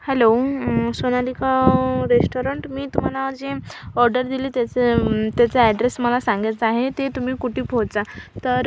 hello Sonalika restaurant मी तुम्हाला जे ऑर्डर दिली त्याचं त्याचं ॲड्रेस मला सांगायचं आहे ते तुम्ही कुठे पोहचा तर